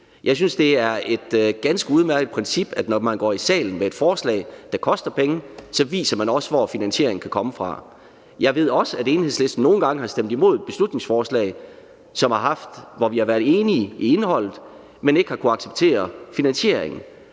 Jeg synes, det er et ganske udmærket princip, at når man går i salen med et forslag, der koster penge, så viser man også, hvor finansieringen kan komme fra. Jeg ved også, at Enhedslisten nogle gange har stemt imod et beslutningsforslag, hvor vi har været enige i indholdet, men ikke har kunnet acceptere finansieringen.